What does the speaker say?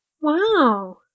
Wow